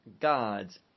God's